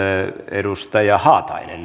edustaja haatainen